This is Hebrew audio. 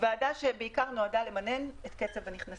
ועדה שנועדה בעיקר למנן את קצב הנכנסים.